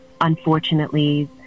Unfortunately